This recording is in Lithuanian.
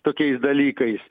tokiais dalykais